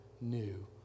new